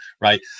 right